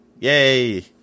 yay